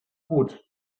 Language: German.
gut